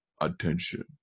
attention